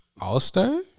All-star